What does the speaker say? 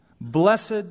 Blessed